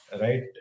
right